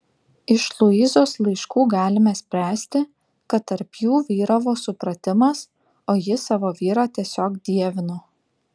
iš luizos laiškų galime spręsti kad tarp jų vyravo supratimas o ji savo vyrą tiesiog dievino